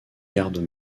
gardes